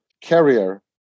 carrier